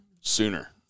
sooner